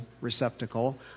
receptacle